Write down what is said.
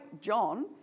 John